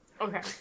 Okay